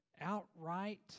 outright